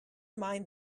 mind